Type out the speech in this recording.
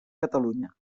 catalunya